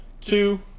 two